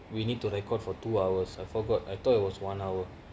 we need to record for two hours I forgot I thought it was one hour